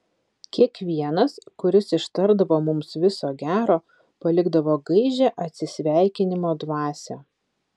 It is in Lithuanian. kiekvienas kuris ištardavo mums viso gero palikdavo gaižią atsisveikinimo dvasią